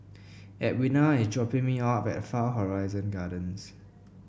Edwina is dropping me off at Far Horizon Gardens